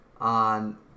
on